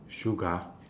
shuga